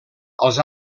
als